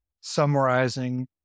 summarizing